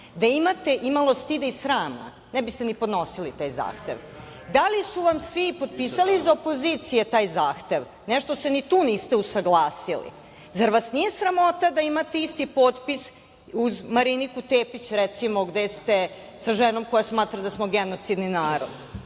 Da imate imalo stida i srama, ne biste ni podnosili taj zahtev? Da li su vam svi potpisali iz opozicije taj zahtev? Nešto se ni tu niste usaglasili. Zar vas nije sramota da imate isti potpis uz Mariniku Tepić, recimo, gde ste sa ženom koja smatra da smo genocidan narod? Vi